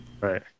right